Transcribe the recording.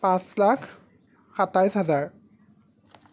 পাঁচ লাখ সাতাইছ হাজাৰ